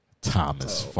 Thomas